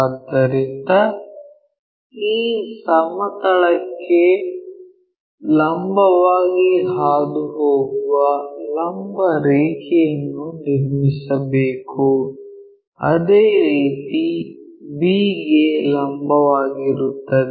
ಅದರೊಂದಿಗೆ ಈ ಸಮತಲಕ್ಕೆ ಲಂಬವಾಗಿ ಹಾದುಹೋಗುವ ಲಂಬ ರೇಖೆಯನ್ನು ನಿರ್ಮಿಸಬೇಕು ಅದೇ ರೀತಿ b ಗೆ ಲಂಬವಾಗಿರುತ್ತದೆ